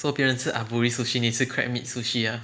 so 别人吃 aburi sushi 你吃 crab meat sushi ah